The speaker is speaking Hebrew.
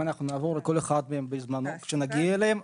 אם אנחנו נעבור על כל אחד מהם כשנגיע אליהם,